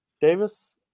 Davis